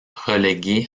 relégué